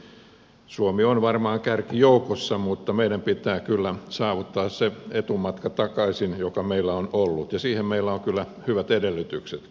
edelleenkin suomi on varmaan kärkijoukossa mutta meidän pitää kyllä saavuttaa se etumatka takaisin joka meillä on ollut ja siihen meillä on kyllä hyvät edellytyksetkin